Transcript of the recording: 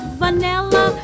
vanilla